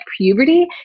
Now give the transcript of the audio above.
puberty